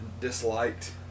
disliked